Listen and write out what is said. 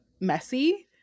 messy